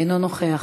אינו נוכח,